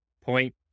Point